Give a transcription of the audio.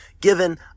Given